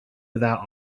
without